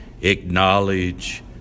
acknowledge